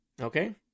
Okay